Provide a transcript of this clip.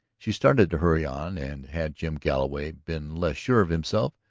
she started to hurry on, and had jim galloway been less sure of himself,